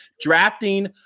drafting